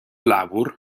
lawr